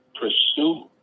pursue